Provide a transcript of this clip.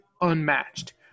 unmatched